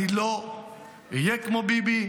אני לא אהיה כמו ביבי.